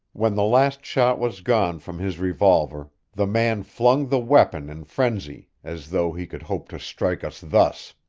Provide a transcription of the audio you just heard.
when the last shot was gone from his revolver the man flung the weapon in frenzy, as though he could hope to strike us thus.